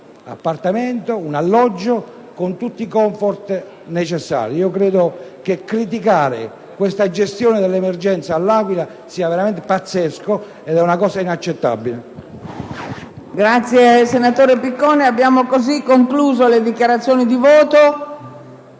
appartamenti con tutti i comfort necessari. Credo che criticare la gestione dell'emergenza all'Aquila sia veramente pazzesco ed inaccettabile.